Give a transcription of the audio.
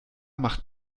macht